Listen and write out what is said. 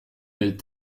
mes